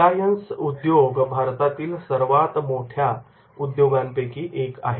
Reliance उद्योग भारतातील सर्वात मोठ्या उद्योगांपैकी एक आहे